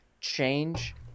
change